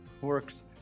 works